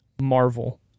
Marvel